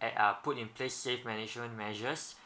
add uh put in place safe management measures